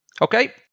Okay